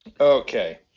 Okay